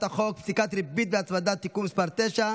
חוק פסיקת ריבית והצמדה (תיקון מס' 9),